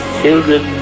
children